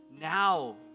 now